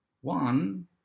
One